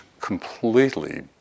completely